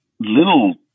Little